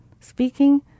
Speaking